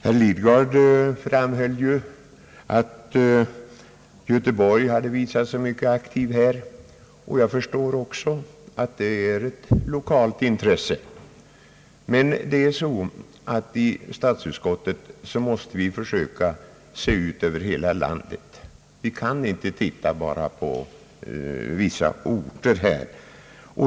Herr Lidgard framhöll att göteborgsrepresentanterna hade visat sig mycket aktiva här, och jag förstår att det är ett lokalt intresse. Det är dock så att vi i statsutskottet måste försöka se ut över hela landet, Vi kan inte titta bara på vissa orter.